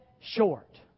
short